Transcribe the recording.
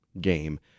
game